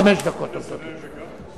חמש דקות עומדות לרשותך.